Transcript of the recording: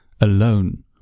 alone